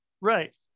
right